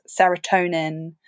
serotonin